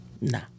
Nah